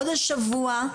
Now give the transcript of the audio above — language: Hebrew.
עוד השבוע,